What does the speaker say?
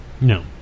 No